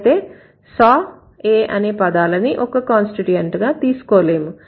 అయితే saw a అనే పదాలని ఒక కాన్స్టిట్యూయెంట్ గా తీసుకోలేము